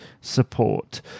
support